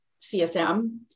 CSM